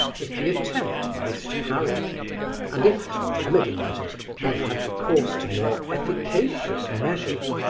if the attempt miscarried and if, to remedy matters, one had recourse to more efficacious measures,